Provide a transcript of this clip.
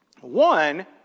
one